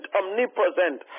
omnipresent